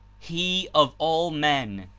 he, of all men,